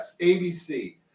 ABC